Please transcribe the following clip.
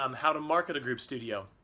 um how to market a group studio.